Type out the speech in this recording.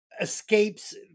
escapes